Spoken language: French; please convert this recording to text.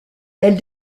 elle